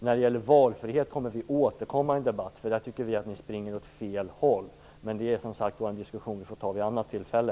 När det gäller valfrihet får vi återkomma i en annan debatt. Vi tycker att ni springer åt fel håll. Men den diskussionen får vi ta vid något annat tillfälle.